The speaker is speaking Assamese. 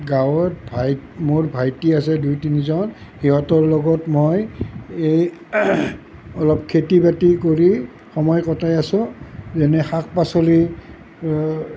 গাঁৱত মোৰ ভাইটি আছে দুই তিনিজন সিহঁতৰ লগত মই এই অলপ খেতি বাতি কৰি সময় কটাই আছোঁ যেনে শাক পাচলি